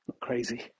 crazy